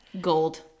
Gold